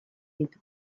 ditu